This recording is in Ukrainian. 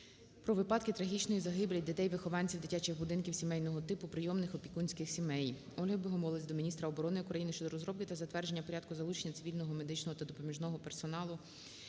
про випадки трагічної загибелі дітей-вихованців дитячих будинків сімейного типу, прийомних та опікунських сімей. Ольги Богомолець до міністра оборони України щодо розробки та затвердження порядку залучення цивільного медичного та допоміжного персоналу